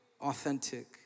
authentic